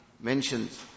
mentions